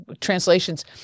translations